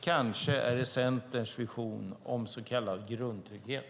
Kanske är det Centerns vision om så kallad grundtrygghet.